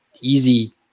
easy